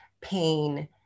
pain